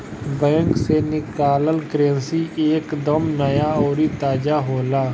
bank से निकालल currency एक दम नया अउरी ताजा होला